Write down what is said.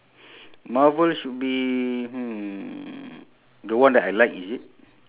marvel should be hmm the one that I like is it